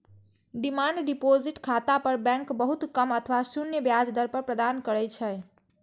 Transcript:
demand deposit खाता पर bank बहुत कम अथवा शून्य ब्याज दर प्रदान करै छै